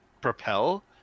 propel